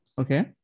Okay